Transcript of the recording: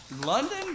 London